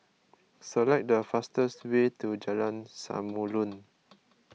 select the fastest way to Jalan Samulun